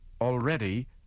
already